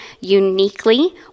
uniquely